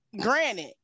granted